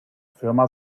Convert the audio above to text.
firma